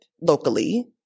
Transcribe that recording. locally